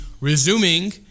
resuming